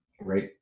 right